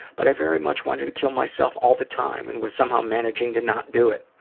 but i very much wanted to kill myself all the time and was somehow managing to not do it.